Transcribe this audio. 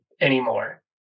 anymore